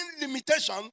limitation